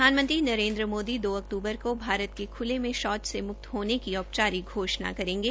प्रधानमंत्री नरेन्द्र मोदी दो अक्तूबर को भारत के खुले में शौच से मुक्त होने की औपचारिक घोषणा करेंगे